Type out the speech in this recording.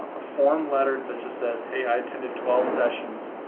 a form letter that just says, hey, i attended twelve sessions,